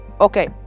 Okay